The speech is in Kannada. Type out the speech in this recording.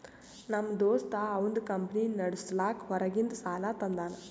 ನಮ್ ದೋಸ್ತ ಅವಂದ್ ಕಂಪನಿ ನಡುಸ್ಲಾಕ್ ಹೊರಗಿಂದ್ ಸಾಲಾ ತಂದಾನ್